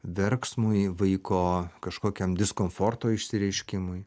verksmui vaiko kažkokiam diskomforto išsireiškimui